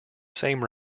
same